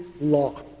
Law